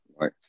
right